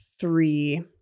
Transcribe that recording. three